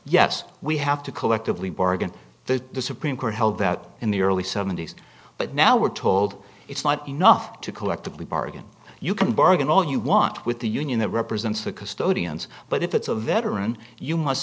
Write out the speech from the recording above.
yes we have to collectively bargain the supreme court held out in the early seventy's but now we're told it's not enough to collectively bargain you can bargain all you want with the union that represents the custodians but if it's a veteran you must